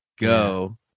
Go